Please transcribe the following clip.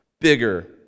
Bigger